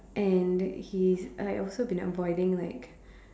and he I've also been avoiding like